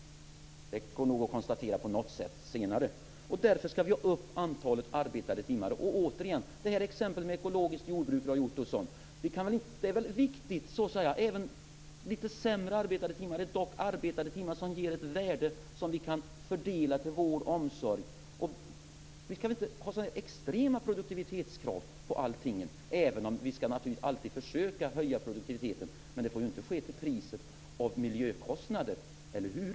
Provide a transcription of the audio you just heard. Det går nog att konstatera på något sätt senare. Därför skall vi ha upp antalet arbetade timmar. Återigen till exemplet med ekologiskt jordbruk, Roy Ottosson. Det är väl riktigt? Även litet sämre arbetade timmar är dock arbetade timmar som ger ett värde som vi kan fördela till vård och omsorg. Vi skall väl inte ha så extrema produktivitetskrav på allting, även om vi naturligtvis alltid skall försöka höja produktiviteten. Men det får inte ske till priset av miljökostnader, eller hur?